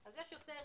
יש יותר